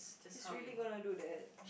she's really gonna do that